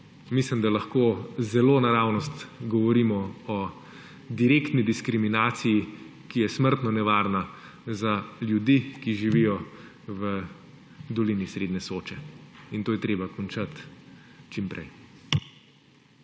Mislim, da lahko zelo naravnost govorimo o direktni diskriminaciji, ki je smrtno nevarna za ljudi, ki živijo v dolini srednje Soče in to je treba končati čim prej.